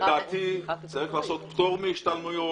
לדעתי צריך לעשות פטור מהשתלמויות.